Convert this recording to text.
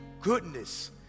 goodness